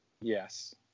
Yes